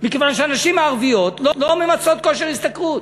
מכיוון שהנשים הערביות לא ממצות כושר השתכרות.